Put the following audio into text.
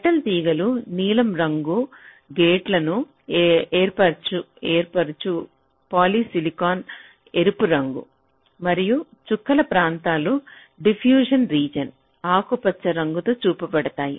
metal తీగలు నీలం రంగు గేట్లను ఏర్పరుచు పాలిసిలికాన్ ఎరుపు రంగు మరియు చుక్కల ప్రాంతాలు డిప్యూషన్ రీజన్ ఆకుపచ్చ రంగుతో చూపబడుతాయి